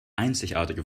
einzigartige